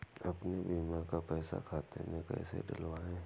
अपने बीमा का पैसा खाते में कैसे डलवाए?